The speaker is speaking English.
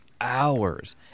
hours